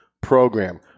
program